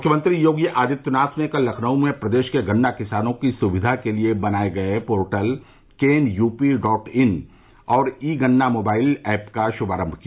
मुख्यमंत्री योगी आदित्यनाथ ने कल लखनऊ में प्रदेश के गन्ना किसानों की सुविधा के लिये बनाये गये portal cane UP dot in और ई गन्ना मोबाइल एप का शुभारम्भ किया